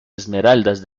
esmeraldas